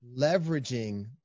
leveraging